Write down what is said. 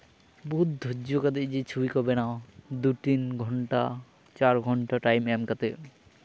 ᱵᱚᱦᱩᱫ ᱫᱷᱳᱨᱡᱚ ᱠᱟᱛᱮᱜ ᱪᱷᱚᱵᱤ ᱠᱚ ᱵᱮᱱᱟᱣᱟ ᱫᱩ ᱛᱤᱱ ᱜᱷᱚᱱᱴᱟ ᱪᱟᱨ ᱜᱷᱚᱱᱴᱟ ᱴᱟᱭᱤᱢ ᱮᱢ ᱠᱟᱛᱮᱜ